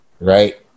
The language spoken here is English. right